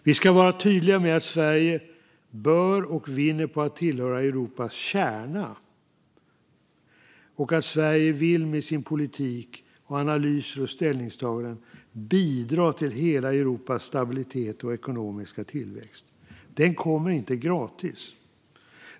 Vi ska vara tydliga med att Sverige bör tillhöra och vinner på att tillhöra Europas kärna och att Sverige med sin politik och sina analyser och ställningstaganden vill bidra till hela Europas stabilitet och ekonomiska tillväxt. Den kommer inte gratis.